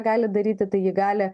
gali daryti tai ji gali